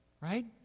right